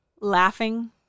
laughing